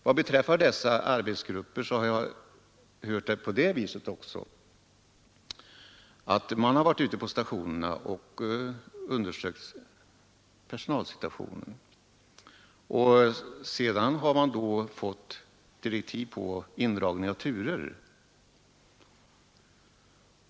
Vad beträffar dessa arbetsgrupper har jag hört att man har varit ute på stationerna och undersökt personalsituationen, och sedan har det kommit direktiv om indragning av turer.